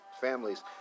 Families